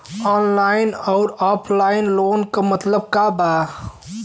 Online अउर offline loan क मतलब का बा?